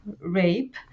rape